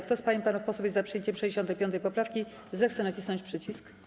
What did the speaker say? Kto z pań i panów posłów jest za przyjęciem 65. poprawki, zechce nacisnąć przycisk.